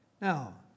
Now